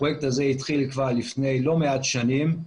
הפרויקט הזה התחיל כבר לפני לא מעט שנים.